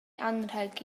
anrheg